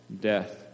death